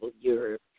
Europe